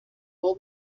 will